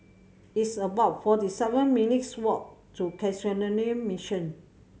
it's about forty seven minutes' walk to Canossian Mission